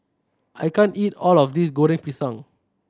I can't eat all of this Goreng Pisang